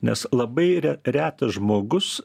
nes labai re retas žmogus